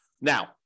Now